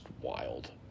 wild